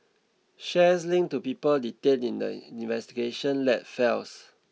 shares linked to people detained in the investigation led falls